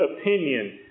opinion